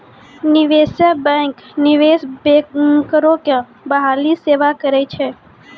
निवेशे बैंक, निवेश बैंकरो के बहाली सेहो करै छै